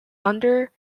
under